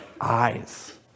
eyes